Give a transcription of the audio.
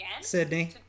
Sydney